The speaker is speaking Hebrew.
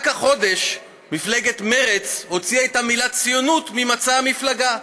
רק החודש מפלגת מרצ הוציאה את המילה "ציונות" ממצע המפלגה,